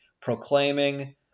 proclaiming